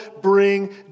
bring